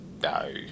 No